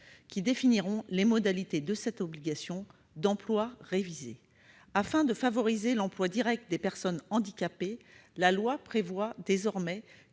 qui définiront les modalités de cette obligation d'emploi révisée. Afin de favoriser l'emploi direct des personnes handicapées, la loi prévoit désormais